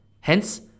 Hence